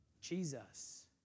Jesus